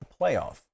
playoff